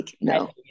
no